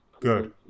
Good